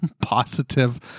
positive